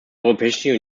europäische